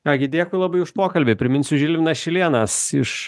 ką gi dėkui labai už pokalbį priminsiu žilvinas šilėnas iš